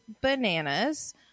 bananas